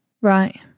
right